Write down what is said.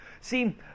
See